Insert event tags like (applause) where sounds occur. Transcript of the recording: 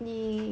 (noise)